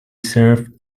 served